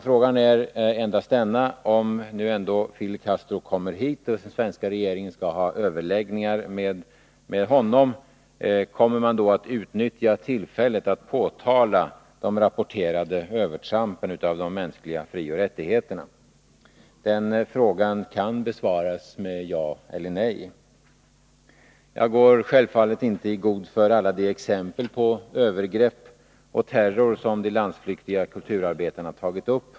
Frågan är endast denna: Om Fidel Castro ändå kommer hit och den svenska regeringen skall ha överläggningar med honom, kommer då regeringen att utnyttja tillfället till att påtala de rapporterade övertrampen när det gäller de mänskliga frioch rättigheterna? Den frågan kan besvaras med ja eller nej. Jag går självfallet inte i god för alla de exempel på övergrepp och terror som de landsflyktiga kulturarbetarna har tagit upp.